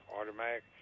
automatic